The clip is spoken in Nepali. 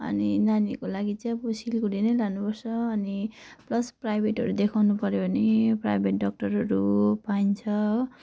अनि नानीहरूको लागि चाहिँ अब सिलगडी नै लानु पर्छ अनि प्लस प्राइभेटहरू देखाउनु पऱ्यो भने प्राइभेट डाक्टरहरू पाइन्छ हो